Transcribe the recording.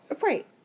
Right